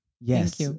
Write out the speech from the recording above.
Yes